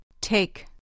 Take